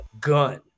gun